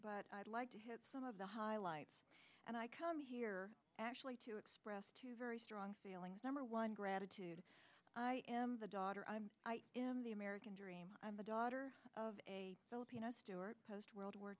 but i'd like to hit some of the highlights and i come here actually to express two very strong feelings number one gratitude i am the daughter i'm in the american dream i'm the daughter of a filipino steward post world war